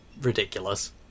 ridiculous